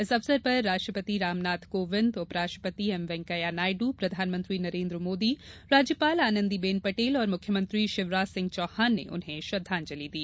इस अवसर पर राष्ट्रपति रामनाथ कोविन्द उपराष्ट्रपति एम वैंकैया नायडू प्रधानमंत्री नरेन्द्र मोदी राज्यपाल आनन्दीबेन पटेल और मुख्यमंत्री शिवराज सिंह चौहान ने श्रद्धांजलि दी